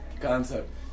concept